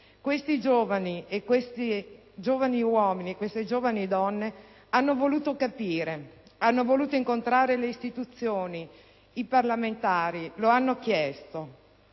pacifico. Questi giovani uomini e queste giovani donne hanno voluto capire, hanno voluto incontrare le istituzioni, i parlamentari: lo hanno chiesto.